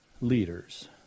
leaders